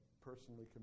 personally